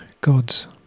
God's